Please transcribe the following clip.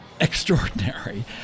extraordinary